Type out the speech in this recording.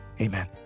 amen